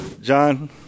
John